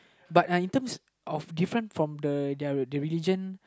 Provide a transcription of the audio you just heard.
but in terms of different from the their religion